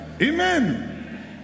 Amen